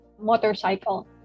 motorcycle